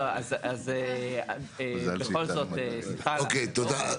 500. אוקיי, תודה.